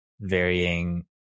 varying